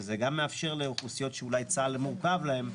וזה גם יאפשר לאוכלוסיות שאולי צה"ל מורכב להם,